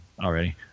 already